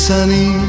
Sunny